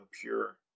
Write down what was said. pure